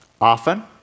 Often